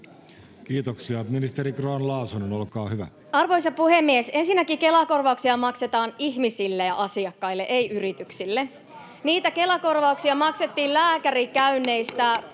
Kiitoksia. — Ministeri Grahn-Laasonen, olkaa hyvä. Arvoisa puhemies! Ensinnäkin Kela-korvauksia maksetaan ihmisille ja asiakkaille, ei yrityksille. [Välihuutoja — Puhemies koputtaa] Niitä Kela-korvauksia maksettiin lääkärikäynneistä